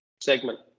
segment